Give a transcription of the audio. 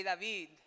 David